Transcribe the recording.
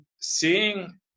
seeing